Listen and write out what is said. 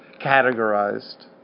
categorized